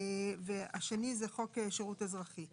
והשני זה חוק שירות אזרחי.